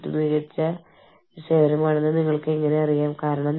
പിൻ കോഡുകളുടെയോ സിപ് കോഡുകളുടെയോ ഉദാഹരണം ഞാൻ നിങ്ങൾക്ക് നൽകാം നിങ്ങൾക്കറിയാമോ